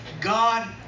God